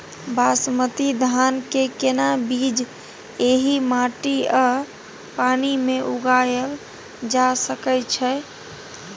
बासमती धान के केना बीज एहि माटी आ पानी मे उगायल जा सकै छै?